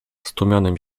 stłumionym